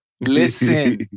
Listen